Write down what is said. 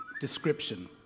Description